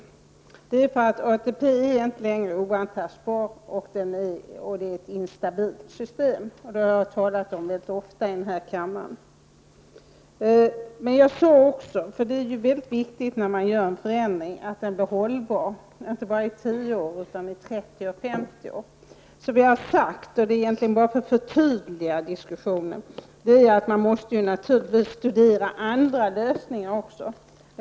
ATP är inte längre någonting oantastbart, utan det är ett instabilt system. Det har jag talat om ganska ofta här i kammaren. Men jag har också sagt att om man gör en förändring skall den vara hållbar inte bara i 10 år, utan i 30 eller 50 år. Vi har sagt att man naturligtvis också måste studera andra lösningar.